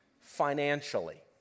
financially